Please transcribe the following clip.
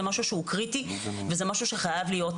משהו שהוא קריטי וזה משהו שחייב להיות,